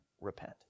repent